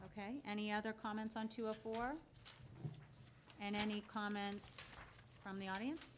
k any other comments on two or four and any comments from the audience